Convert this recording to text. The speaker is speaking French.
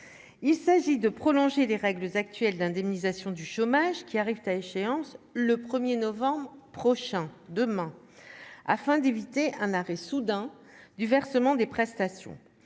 il s'agit de prolonger les règles actuelles d'indemnisation du chômage, qui arrivent à échéance le 1er novembre prochain demain afin d'éviter un arrêt soudain du versement des prestations,